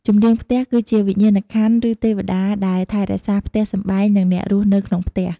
ជំនាងផ្ទះគឺជាវិញ្ញាណក្ខន្ធឬទេវតាដែលថែរក្សាផ្ទះសម្បែងនិងអ្នករស់នៅក្នុងផ្ទះ។